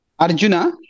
Arjuna